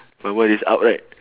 my one is out right